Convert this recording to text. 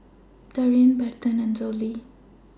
Darrian Berton and Zollie